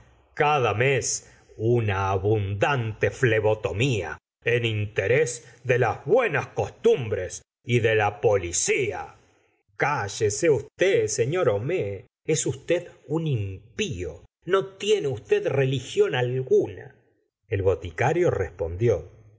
cada mes una abundante ilebotomia en interés de las buenas costumbres y de la policía cállese usted senor homais es usted un impío no tiene usted religión alguna el boticario respondió